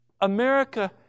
America